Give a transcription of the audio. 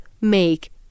make